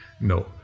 No